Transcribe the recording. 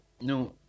no